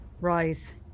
rise